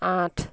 আঠ